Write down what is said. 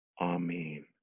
amen